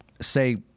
say